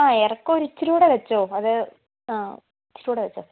ആ ഇറക്കം ഒരിച്ചിരി കൂടെ വെച്ചോ അത് ആ ഒരിച്ചിരി കൂടെ വെച്ചോ